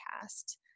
cast